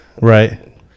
Right